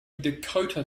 dakota